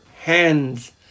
hands